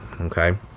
Okay